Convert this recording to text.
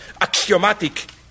axiomatic